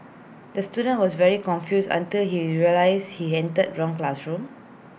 the student was very confused until he realised he entered the wrong classroom